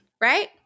right